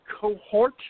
cohort